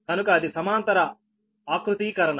కనుక అది సమాంతర ఆకృతీకరణ